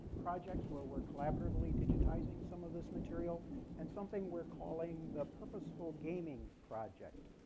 projects where we're collaboratively digitizing some of this material and something we're calling the purposeful gaming project.